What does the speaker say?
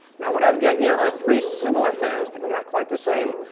now what i've got here are three similar fans but they're not quite the same.